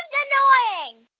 annoying